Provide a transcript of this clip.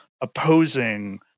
opposing